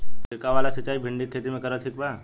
छीरकाव वाला सिचाई भिंडी के खेती मे करल ठीक बा?